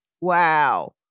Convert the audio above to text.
Wow